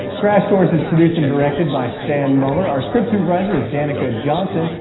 crash course is produced and directed by stan muller, our script supervisor is danica johnson,